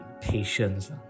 patience